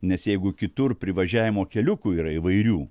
nes jeigu kitur privažiavimo keliukų yra įvairių